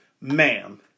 Ma'am